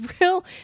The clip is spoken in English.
real